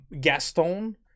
Gaston